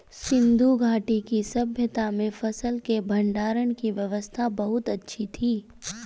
सिंधु घाटी की सभय्ता में फसल के भंडारण की व्यवस्था बहुत अच्छी थी